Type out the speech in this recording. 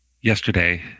yesterday